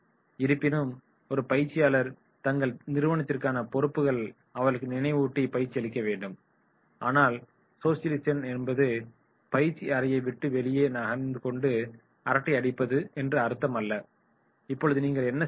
இருப்பினும் ஒரு பயிற்சியாளர் தங்கள் நிறுவனத்திற்கான பொறுப்புகளை அவர்களுக்கு நினைவூட்டி பயிற்சி அளிக்க வேண்டும் ஆனால் சோசியலிசேஷன் என்பது பயிற்சி அறையை விட்டு வெளியே நின்றுகொண்டு அரட்டை அடிப்பது என்று அர்த்தமல்ல இப்பொழுது நீங்கள் என்ன செய்ய வேண்டும்